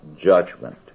judgment